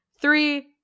Three